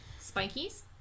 spikies